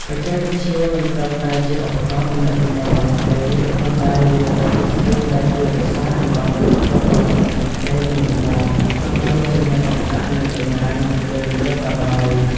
បច្ចេកវិទ្យាមិនត្រឹមតែជាឧបករណ៍ទំនាក់ទំនងប៉ុណ្ណោះទេ ប៉ុន្តែវាក៏ជាស្ពានដែលជួយរក្សាចំណងមិត្តភាពឲ្យនៅស្ថិតស្ថេរ និងរឹងមាំ ទោះបីជាមានឧបសគ្គនៃចម្ងាយ និងពេលវេលាក៏ដោយ ។